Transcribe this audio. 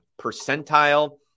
percentile